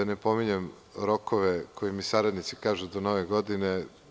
Ne bih da pominjem rokove, jer saradnici kažu do nove godine.